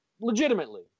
legitimately